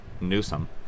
Newsom